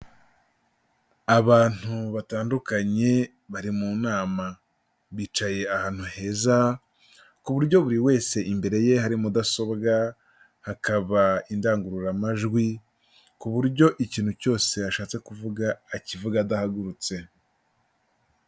Abantu batandukanye bari mu nama, bicaye ahantu heza ku buryo buri wese imbere ye hari mudasobwa hakaba indangururamajwi ku buryo ikintu cyose ashatse kuvuga akivuga adahagurutse.